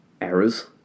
errors